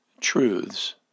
truths